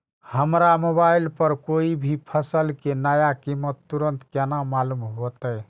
हमरा मोबाइल पर कोई भी फसल के नया कीमत तुरंत केना मालूम होते?